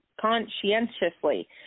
conscientiously